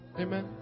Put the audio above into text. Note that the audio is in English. Amen